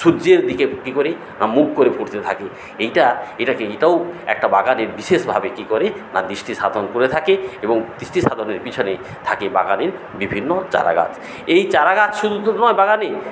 সূর্যের দিকে কি করে আ মুখ করে ফুটতে থাকে এইটা এটাকে এটাও একটা বাগানের বিশেষভাবে কি করে না দৃষ্টি সাধন করে থাকে এবং দৃষ্টি সাধনের পিছনে থাকে বাগানের বিভিন্ন চারাগাছ এই চারাগাছ শুধু তো নয় বাগানে